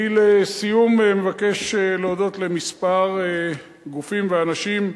לסיום, אני מבקש להודות לכמה גופים ואנשים: